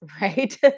right